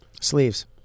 Sleeves